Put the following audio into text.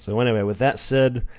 so, anyway, with that said,